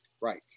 Right